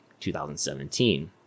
2017